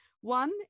one